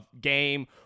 game